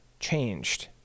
changed